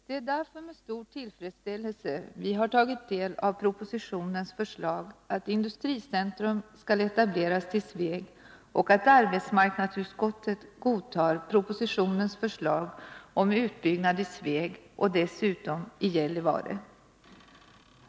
Det är därför med stor tillfredsställelse vi har tagit del av propositionens förslag att industricentrum skall etableras i Sveg och att arbetsmarknadsutskottet godtar propositionens förslag om utbyggnad i Sveg och dessutom i Gällivare.